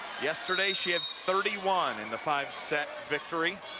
yesterday she had thirty one in the five set victory